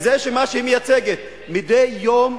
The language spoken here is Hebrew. זה מה שהיא מייצגת מדי יום.